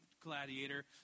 gladiator